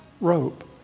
rope